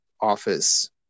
office